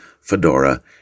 fedora